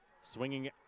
swinging